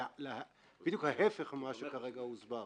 בדיוק ההפך ממה שכרגע הוסבר.